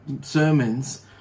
sermons